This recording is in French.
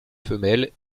femelles